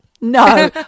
No